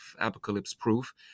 apocalypse-proof